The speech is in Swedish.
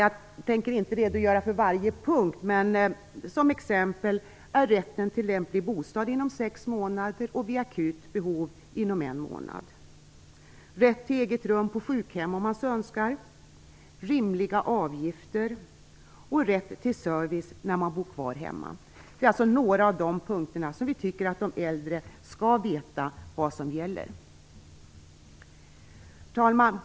Jag tänker inte redogöra för varje punkt, men några exempel är rätten till lämplig bostad inom sex månader och vid akut behov inom en månad, rätt till eget rum på sjukhem om man så önskar, rimliga avgifter och rätt till service om man bor kvar hemma. Det är alltså några av punkterna för att de äldre skall veta vad som gäller. Herr talman!